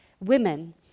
women